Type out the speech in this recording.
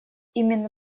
именно